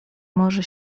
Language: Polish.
może